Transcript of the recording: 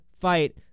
fight